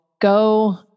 go